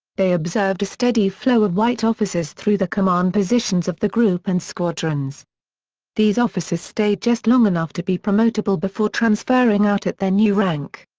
they observed a steady flow of white officers through the command positions of the group and squadrons these officers stayed just long enough to be promotable before transferring out at their new rank.